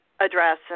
address